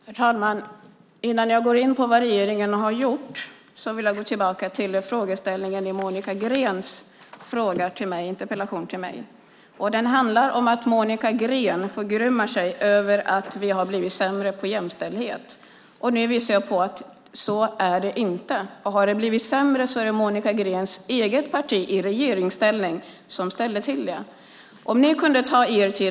Herr talman! Innan jag går in på vad regeringen har gjort vill jag gå tillbaka till frågeställningen i Monica Greens interpellation till mig. Den handlar om att Monica Green förgrymmar sig över att vi har blivit sämre på jämställdhet. Nu visar jag på att det inte är så. Och har det blivit sämre är det Monica Greens eget parti i regeringsställning som ställde till det.